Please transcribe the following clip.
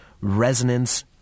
resonance